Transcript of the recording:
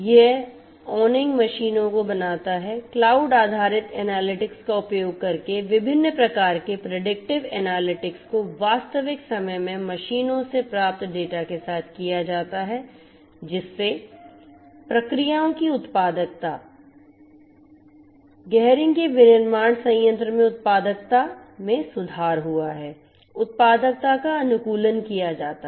यह ऑनिंग मशीनों को बनाता है क्लाउड आधारित एनालिटिक्स का उपयोग करके विभिन्न प्रकार के प्रेडिक्टिव एनालिटिक्स को वास्तविक समय में मशीनों से प्राप्त डेटा के साथ किया जाता है जिससे प्रक्रियाओं की उत्पादकता Gehring के विनिर्माण संयंत्र में उत्पादकता में सुधार हुआ है उत्पादकता का अनुकूलन किया जाता है